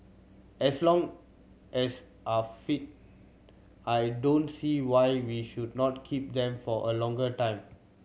as long as are fit I don't see why we should not keep them for a longer time